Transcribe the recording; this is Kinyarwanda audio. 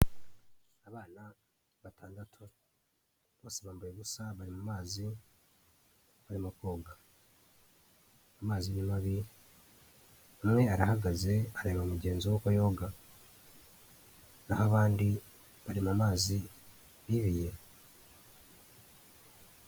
Abana batandatu bose bambaye ubusa bari mu mazi barimo koga, amazi ni mabi umwe arahagaze arareba mugenzi we uko yoga naho abandi bari mu mazi bibiye.